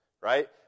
right